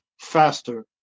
faster